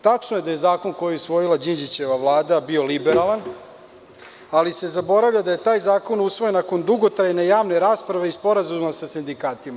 Tačno je da je zakon koji je usvojila Đinđićeva Vlada bio liberalan, ali se zaboravlja da je taj zakon usvojen nakon dugotrajne javne rasprave i sporazuma sa sindikatima.